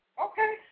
Okay